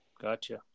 gotcha